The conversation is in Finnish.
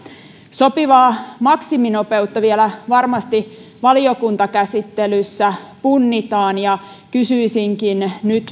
sopivaa maksiminopeutta vielä varmasti valiokuntakäsittelyssä punnitaan ja kysyisinkin nyt